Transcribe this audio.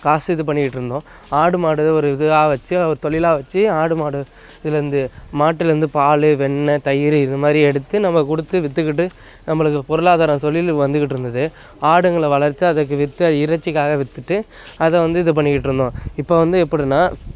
காசு இது பண்ணிக்கிட்டுருந்தோம் ஆடு மாடு ஒரு இதுவாக வச்சு ஒரு தொழிலா வச்சு ஆடு மாடு இதுலர்ந்து மாட்டுலேர்ந்து பால் வெண்ணெய் தயிர் இது மாதிரி எடுத்து நம்ம கொடுத்து விற்றுக்கிட்டு நம்பளுக்கு பொருளாதார தொழில் வந்துக்கிட்டுருந்துது ஆடுங்களை வளர்த்து அதுக்கு விற்று இறைச்சிக்காக விற்றுட்டு அதை வந்து இதுப் பண்ணிக்கிட்டு இருந்தோம் இப்போ வந்து எப்படின்னா